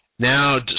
Now